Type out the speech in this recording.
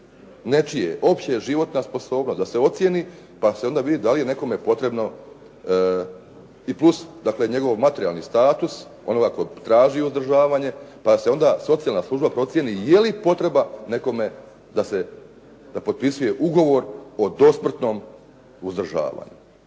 nečije, opća životna sposobnost da se ocijeni pa se onda vidi da li je nekome potrebno i plus dakle njegov materijalni status onoga tko traži uzdržavanje. Pa onda socijalna služba procijeni je li potreba nekome da potpisuje ugovor o dosmrtnom uzdržavanju,